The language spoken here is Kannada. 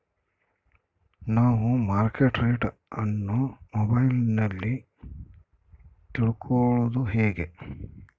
ನಾವು ಮಾರ್ಕೆಟ್ ರೇಟ್ ಅನ್ನು ಮೊಬೈಲಲ್ಲಿ ತಿಳ್ಕಳೋದು ಹೇಗೆ?